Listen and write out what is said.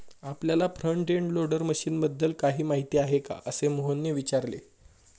आपल्याला front end loader मशीनबद्दल काही माहिती आहे का, असे मोहनने विचारले?